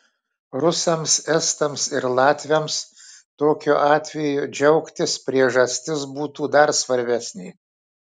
rusams estams ir latviams tokiu atveju džiaugtis priežastis būtų dar svaresnė